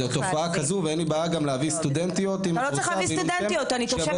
זו תופעה כזו ואין לי בעיה גם להביא סטודנטיות אם את רוצה,